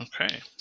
Okay